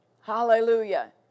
Hallelujah